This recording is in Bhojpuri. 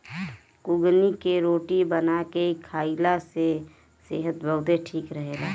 कुगनी के रोटी बना के खाईला से सेहत बहुते ठीक रहेला